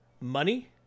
Money